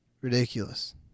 Ridiculous